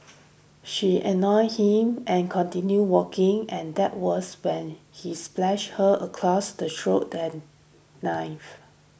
she ignored him and continued walking and that was when he slashed her across the throat the knife